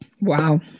Wow